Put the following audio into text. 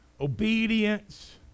obedience